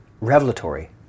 revelatory